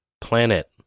planet